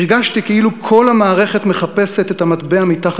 הרגשתי כאילו כל המערכת מחפשת את המטבע מתחת